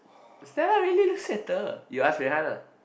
Stella really looks better you ask Rui-Han ah